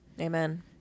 Amen